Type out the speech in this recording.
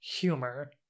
humor